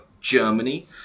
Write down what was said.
Germany